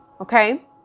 Okay